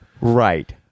Right